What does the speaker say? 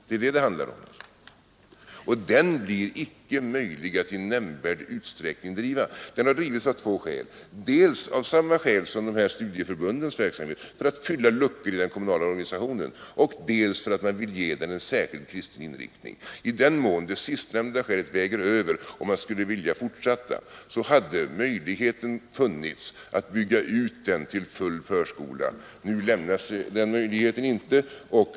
Det är detta det handlar om. Det blir inte möjligt att i nämnvärd utsträckning driva denna verksamhet. Den har anordnats av två skäl, dels av samma skäl som studieförbundens verksamhet, nämligen för att fylla luckor i den kommunala organisationen, dels för att man vill ge den en särskild kristlig inriktning. I den mån det sistnämnda skälet väger över och man skulle vilja fortsätta, hade möjligheten funnits att bygga ut den till full förskola. Nu lämnas inte den möjligheten.